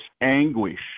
anguish